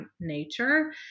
nature